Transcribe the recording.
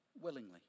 Willingly